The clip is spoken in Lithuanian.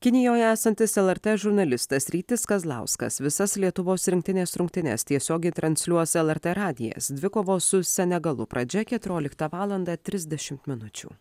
kinijoje esantis lrt žurnalistas rytis kazlauskas visas lietuvos rinktinės rungtynes tiesiogiai transliuos lrt radijas dvikovos su senegalu pradžia keturioliktą valandą trisdešim minučių